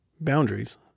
boundaries